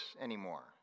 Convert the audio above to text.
anymore